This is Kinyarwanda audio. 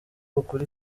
ukuri